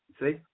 See